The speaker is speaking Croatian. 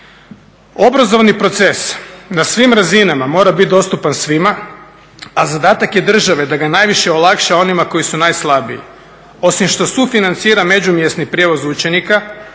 Obrazovni proces na svim razinama mora biti dostupan svima a zadatak je države da ga najviše olakša onima koji su najslabiji. Osim što sufinancira međumjesni prijevoz učenika